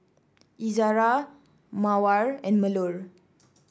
Izara Mawar and Melur